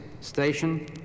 Station